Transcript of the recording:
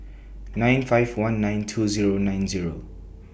nine five one nine two Zero nine Zero